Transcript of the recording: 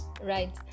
Right